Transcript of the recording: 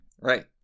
Right